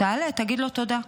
כשתעלה תגיד לו תודה.